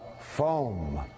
foam